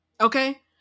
Okay